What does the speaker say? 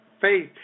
Faith